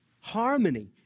harmony